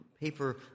paper